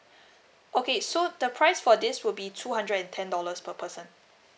okay so the price for this would be two hundred and ten dollars per person